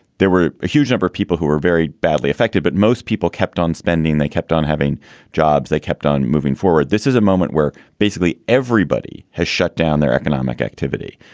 there were a huge number of people who were very badly affected, but most people kept on spending. they kept on having jobs. they kept on moving forward. this is a moment where basically everybody has shut down their economic activity.